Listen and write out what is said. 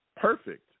perfect